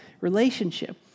relationship